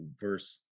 verse